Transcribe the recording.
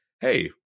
hey